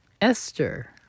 Esther